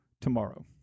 tomorrow